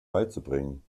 beizubringen